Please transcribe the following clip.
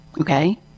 okay